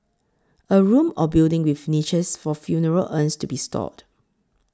a room or building with niches for funeral urns to be stored